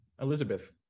Elizabeth